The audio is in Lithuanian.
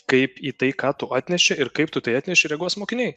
kaip į tai ką tu atneši ir kaip tu tai atneši reaguos mokiniai